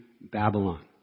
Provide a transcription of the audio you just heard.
Babylon